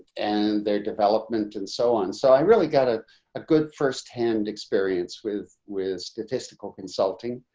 and their development and so on. so i really got a ah good first hand experience with with statistical consulting.